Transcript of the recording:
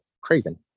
craven